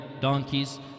donkeys